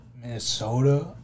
Minnesota